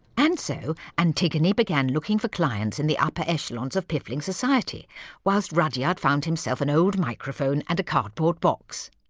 and so, antigone began looking for clients in the upper echelons of piffling society whilst rudyard found himself an old microphone and a cardboard box.